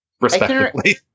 respectively